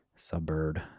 Suburb